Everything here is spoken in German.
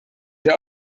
der